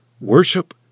Worship